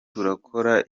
turakora